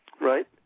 Right